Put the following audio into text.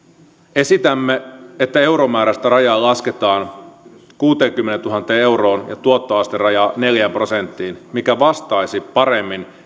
esitämme että euromääräistä rajaa lasketaan kuuteenkymmeneentuhanteen euroon ja tuottoasterajaa neljään prosenttiin mikä vastaisi paremmin